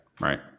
right